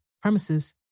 premises